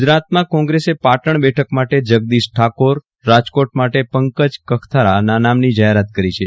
ગુજરાતમાં કોંગ્રેસે પાટણ બેઠક માટે જગદીશ ઠાકોર રાજકોટ માટે પંકજ કગથરાના નામની જાહેરાત કરી છે